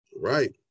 Right